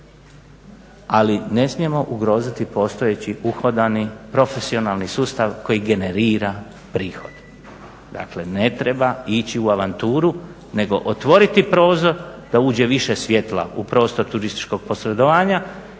Ali ne smijemo ugroziti postojeći uhodani profesionalni sustav koji generira prihode. Dakle ne treba ići u avanturu nego otvoriti prozor da uđe više svjetla u prostor turističkog posredovanja